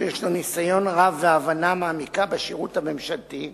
שיש לו ניסיון רב והבנה מעמיקה בשירות הממשלתי,